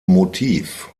motiv